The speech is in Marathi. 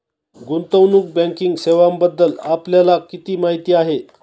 गुंतवणूक बँकिंग सेवांबद्दल आपल्याला किती माहिती आहे?